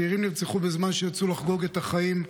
צעירים נרצחו בזמן שיצאו לחגוג את החיים,